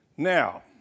Now